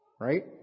right